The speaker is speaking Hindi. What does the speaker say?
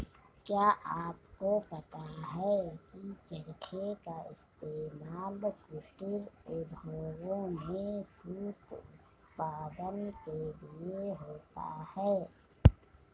क्या आपको पता है की चरखे का इस्तेमाल कुटीर उद्योगों में सूत उत्पादन के लिए होता है